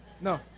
No